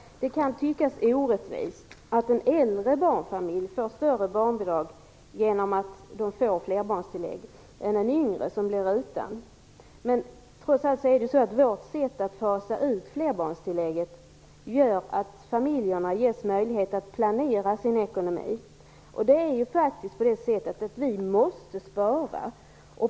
Fru talman! Det kan tyckas orättvist att en barnfamilj med äldre barn får större barnbidrag genom att den får flerbarnstillägg än en barnfamilj med yngre barn, som blir utan. Vårt sätt att fasa ut flerbarnstillägget gör trots allt att familjerna ges möjlighet att planera sin ekonomi. Det är faktiskt på det sättet att vi måste spara.